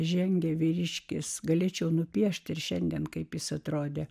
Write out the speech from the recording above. žengė vyriškis galėčiau nupiešti ir šiandien kaip jis atrodė